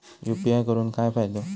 UPI करून काय फायदो?